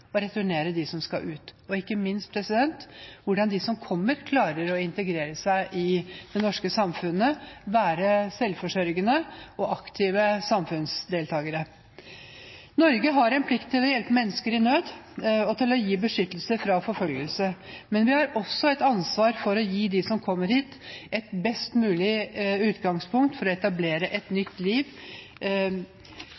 og å returnere dem som skal ut, og ikke minst – hvordan de som kommer, klarer å integrere seg i det norske samfunnet og være selvforsørgende og aktive samfunnsdeltakere. Norge har en plikt til å hjelpe mennesker i nød og til å gi beskyttelse mot forfølgelse. Vi har også et ansvar for å gi dem som kommer hit et best mulig utgangspunkt for å etablere et